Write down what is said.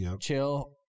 chill